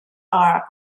are